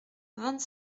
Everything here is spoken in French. vingt